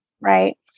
right